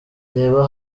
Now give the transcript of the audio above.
reba